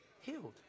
healed